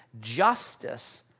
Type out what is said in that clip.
justice